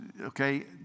okay